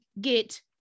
get